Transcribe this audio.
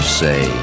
say